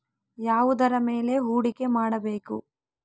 ಯಾವುದರ ಮೇಲೆ ಹೂಡಿಕೆ ಮಾಡಬೇಕು?